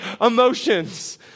emotions